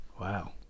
Wow